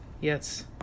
Yes